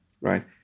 right